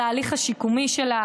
על ההליך השיקומי שלה,